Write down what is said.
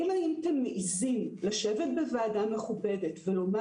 האם הייתם מעיזים לשבת בוועדה מכובדת ולומר